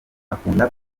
akunda